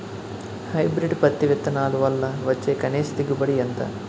Hybrid పత్తి విత్తనాలు వల్ల వచ్చే కనీస దిగుబడి ఎంత?